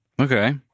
Okay